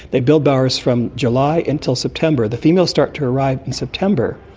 they build bowers from july until september. the females start to arrive in september,